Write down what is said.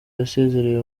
yasezereye